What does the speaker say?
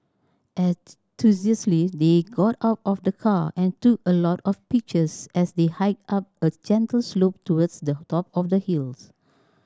enthusiastically they got out of the car and took a lot of pictures as they hiked up a gentle slope towards the top of the hills